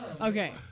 Okay